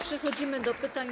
Przechodzimy do pytań.